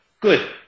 Good